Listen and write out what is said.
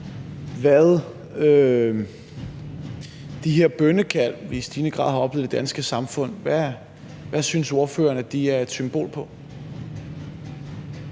hvad de her bønnekald, som vi i stigende grad har oplevet i det danske samfund, er et symbol på? Hvad synes ordføreren de er et symbol på?